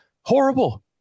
horrible